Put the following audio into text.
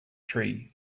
tree